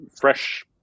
fresh